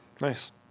Nice